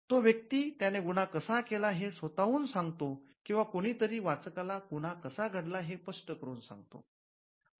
तो व्यक्ती त्याने गुन्हा कसा केला हे स्वतःहून सांगतो किंवा कोणीतरी वाचकाला गुन्हा कसा घडला हे स्पष्ट करून सांगतो